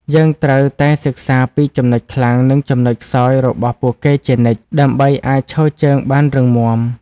យើងត្រូវតែសិក្សាពីចំណុចខ្លាំង និងចំណុចខ្សោយរបស់ពួកគេជានិច្ច ដើម្បីអាចឈរជើងបានរឹងមាំ។